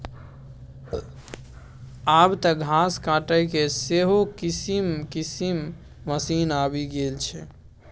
आब तँ घास काटयके सेहो किसिम किसिमक मशीन आबि गेल छै